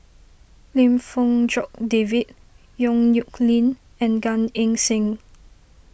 Lim Fong Jock David Yong Nyuk Lin and Gan Eng Seng